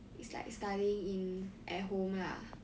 it's like studying in at home lah